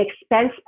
expense